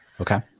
okay